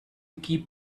keep